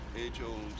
age-old